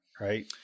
right